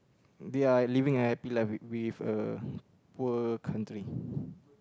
they're living a happy life with a poor country